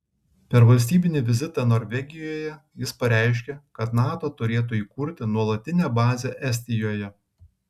per valstybinį vizitą norvegijoje jis pareiškė kad nato turėtų įkurti nuolatinę bazę estijoje